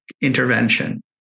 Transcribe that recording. intervention